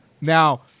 Now